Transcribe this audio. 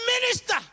minister